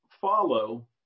follow